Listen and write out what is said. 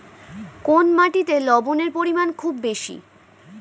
কোন মাটিতে লবণের পরিমাণ খুব বেশি?